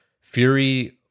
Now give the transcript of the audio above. Fury